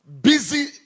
Busy